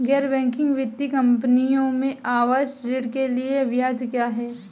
गैर बैंकिंग वित्तीय कंपनियों में आवास ऋण के लिए ब्याज क्या है?